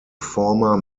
former